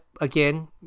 again